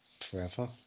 Forever